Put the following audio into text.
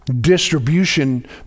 distribution